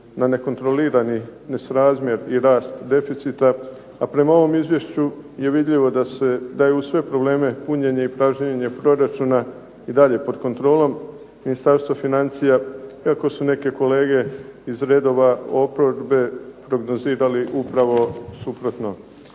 na nekontrolirani nesrazmjer i rast deficita, a prema ovom izvješću je vidljivo da je uz sve probleme punjenje i pražnjenje proračuna i dalje pod kontrolom Ministarstva financija, iako su neke kolege iz redova oporbe prognozirali upravo suprotno.